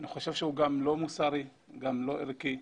זה גם לא מוסרי ולא ערכי.